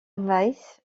weiss